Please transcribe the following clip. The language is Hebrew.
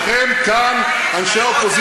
ועל זה מנסים להילחם כאן אנשי האופוזיציה,